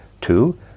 two